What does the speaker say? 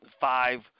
five